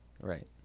Right